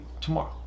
tomorrow